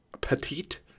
petite